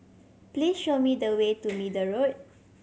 please show me the way to Middle Road